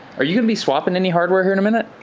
are you gonna be swapping any hardware here in a minute?